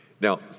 Now